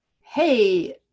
hey